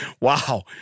Wow